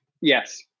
Yes